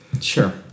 Sure